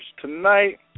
tonight